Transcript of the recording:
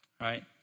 right